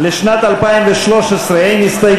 הכנסת.